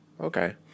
Okay